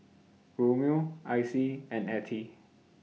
Romeo Icey and Ettie